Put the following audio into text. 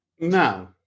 No